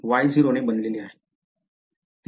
ते सारखेच का दिसतात